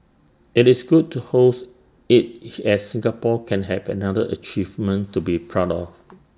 IT is good to host IT as Singapore can have another achievement to be proud of